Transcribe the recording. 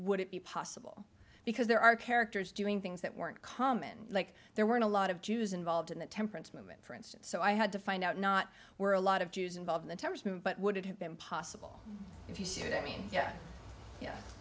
would it be possible because there are characters doing things that weren't common like there were in a lot of jews involved in the temperance movement for instance so i had to find out not where a lot of jews involved the terms mean but would it have been possible if you see i mean yeah ye